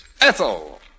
Ethel